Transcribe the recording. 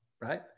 right